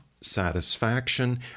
satisfaction